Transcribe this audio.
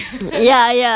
ya ya